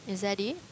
is that it